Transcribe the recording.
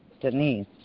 Denise